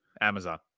Amazon